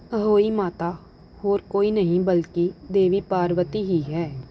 ਅਹੋਈ ਮਾਤਾ ਹੋਰ ਕੋਈ ਨਹੀਂ ਬਲਕਿ ਦੇਵੀ ਪਾਰਵਤੀ ਹੀ ਹੈ